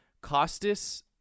Costas